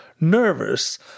nervous